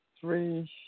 three